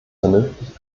vernünftig